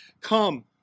come